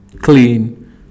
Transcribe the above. clean